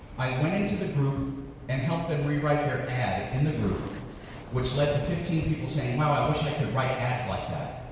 i went into the group and helped them rewrite their ad in the group which led to fifteen people saying, wow i wish i could write ads like that.